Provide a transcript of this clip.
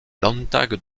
landtag